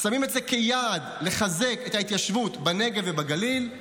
שמים את זה כיעד לחזק את ההתיישבות בנגב ובגליל,